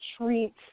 treat